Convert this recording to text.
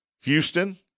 Houston